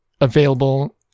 available